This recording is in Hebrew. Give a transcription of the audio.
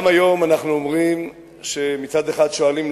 גם היום מצד אחד שואלים,